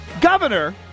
governor